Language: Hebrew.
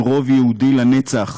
עם רוב יהודי לנצח,